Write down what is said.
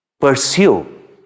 pursue